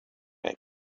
make